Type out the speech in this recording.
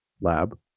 lab